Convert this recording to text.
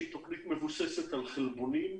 שהיא תוכנית מבוססת על חלבונים,